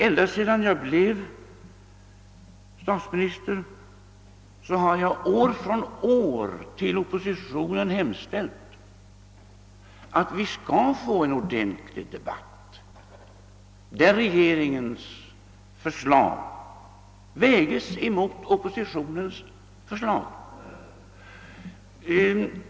ända sedan jag blev statsminister har jag år från år hos oppositionen hemställt om att vi skall få en ordentlig debatt, där regeringens förslag väges emot oppositionens förslag.